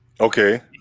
Okay